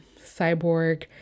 cyborg